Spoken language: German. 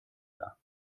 dar